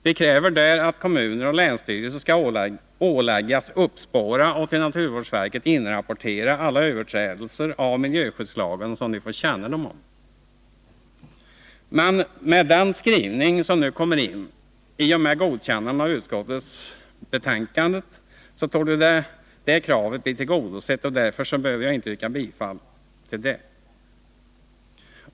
Vi kräver där att kommuner och länsstyrelser skall åläggas uppspåra och till naturvårdsverket inrapportera alla överträdelser av miljöskyddslagen som de får kännedom om. I och med godkännandet av utskottets skrivning torde det kravet bli tillgodosett. Därför behöver jag inte yrka bifall till detta.